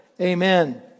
Amen